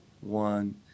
one